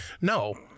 no